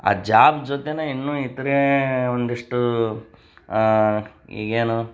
ಆ ಜಾಬ್ ಜೊತೆನೇ ಇನ್ನೂ ಇತರೆ ಒಂದಿಷ್ಟು ಈಗೇನು